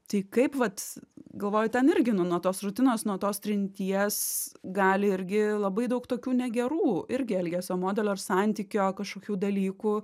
tai kaip vat galvoju ten irgi nu nuo tos rutinos nuo tos trinties gali irgi labai daug tokių negerų irgi elgesio modelio ir santykio kažkokių dalykų